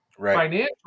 financial